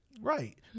Right